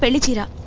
sita.